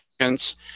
seconds